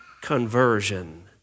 conversion